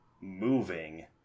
moving